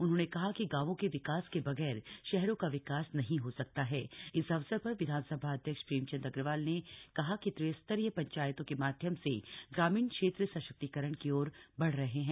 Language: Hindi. उन्होंने कहा कि गांवों के विकास के बग्रा शहरों का विकास नहीं हो सकता ह इस अवसर पर विधानसभा अध्यक्ष प्रेमचन्द अग्रवाल ने कहा कि त्रिस्तरीय पंचायतों के माध्यम से ग्रामीण क्षेत्र सशक्तीकरण की ओर बढ़ रहे हैं